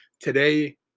Today